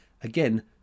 Again